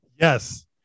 Yes